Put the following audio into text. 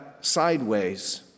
sideways